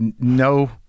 no